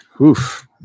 oof